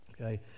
Okay